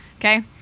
okay